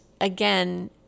again